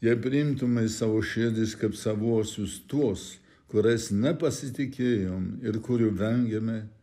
jei priimtume į savo širdis kaip savuosius tuos kuriais nepasitikėjom ir kurių vengėme